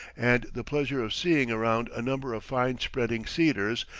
and the pleasure of seeing around a number of fine-spreading cedars,